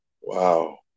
Wow